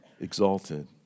exalted